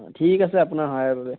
অঁ ঠিক আছে আপোনাৰ সহায়ৰ বাবে